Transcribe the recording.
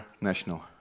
national